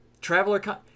traveler